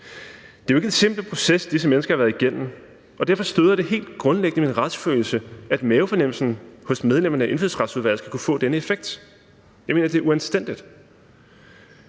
Det er jo ikke en simpel proces, disse mennesker har været igennem, og derfor støder det helt grundlæggende min retsfølelse, at mavefornemmelsen hos medlemmerne af Indfødsretsudvalget skal kunne få denne effekt. Jeg mener, det er uanstændigt.